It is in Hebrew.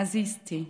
עזיזתי,